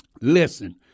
Listen